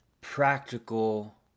practical